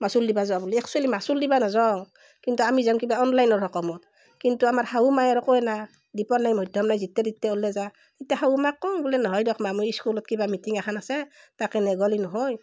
মাচুল দিবা যোৱা বুলি একচ্যুৱেলি মাচুল দিবা নাযাওঁ কিন্তু আমি যাওঁ কিবা অনলাইনৰ সকামত কিন্তু আমাৰ শাহু মাই আৰু কয় না দিপৰ নাই মধ্যম নাই যিত্তে তিত্তে ওলে যা তিত্তে শাহু মাক কওঁ বোলে নহয় দিয়ক মা মোৰ স্কুলত কিবা মিটিং এখন আছে তাকে নেগলি নহয়